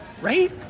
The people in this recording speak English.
Right